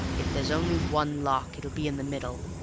if there's only one lock it'll be in the middle.